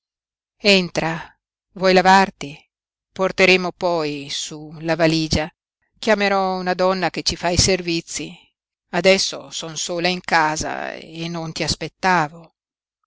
entra vuoi lavarti porteremo poi su la valigia chiamerò una donna che ci fa i servizi adesso son sola in casa e non ti aspettavo